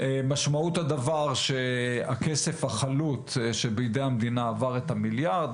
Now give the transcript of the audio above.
משמעות הדבר שהכסף החלוט שבידי המדינה עבר את המיליארד,